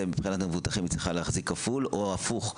מבחינת מבוטחים היא צריכה להחזיק כפל או הפוך,